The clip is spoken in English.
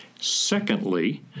Secondly